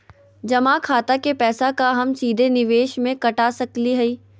जमा खाता के पैसा का हम सीधे निवेस में कटा सकली हई?